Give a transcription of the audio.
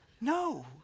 No